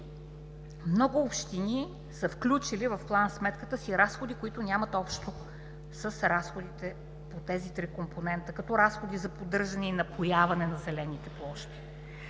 много общини са включили в план-сметката си разходи, които нямат общо с разходите по тези три компонента, като разходи за поддържане и напояване на зелените площи,